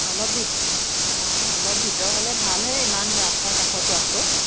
অলপ ভিত অঁ অলপ ভিতৰ হ'লে ভালহে ইমান ৰাস্তা কাষত হোৱাতকৈ